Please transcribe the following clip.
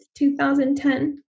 2010